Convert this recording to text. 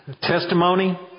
Testimony